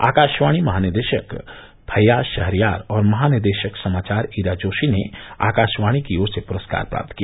आकाशवाणी महानिदेशक फैय्याज शहरयार और महानिदेशक समाचार इरा जोशी ने आकाशवाणी की ओर से पुरस्कार प्राप्त किया